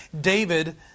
David